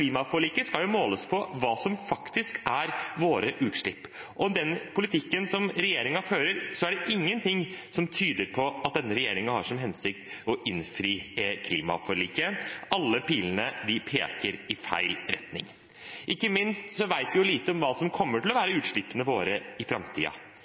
skal måles på hva som faktisk er våre utslipp. I den politikken som regjeringen fører, er det ingenting som tyder på at denne regjeringen har til hensikt å innfri klimaforliket. Alle pilene peker i feil retning. Ikke minst vet vi lite om hva som kommer til å